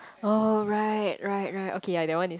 oh right right right okay ya that one is